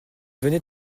venait